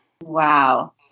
Wow